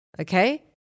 Okay